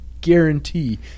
guarantee